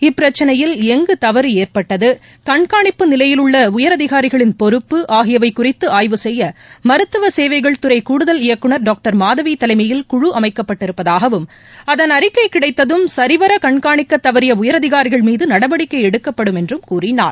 இப்பிரச்சினையில் எங்கு தவறு ஏற்பட்டது கண்காணிப்பு நிலையிலுள்ள உயர் அதிகாரிகளின் பொறுப்பு ஆகியவை குறித்து ஆய்வபு செய்ய மருத்துவ சேவைகள் துறை கூடுதல் இயக்குனர் டாக்டர் மாதவி தலைமையில் குழு அமைக்கப்பட்டிருப்பதாகவும் அதன் அறிக்கை கிடைத்ததம் சரிவர கண்காணிக்க தவறிய உயர் அதிகாரிகள் மீது நடவடிக்கை எடுக்கப்படும் என்றும் கூறினார்